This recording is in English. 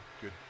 good